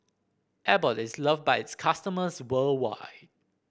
Abbott is loved by its customers worldwide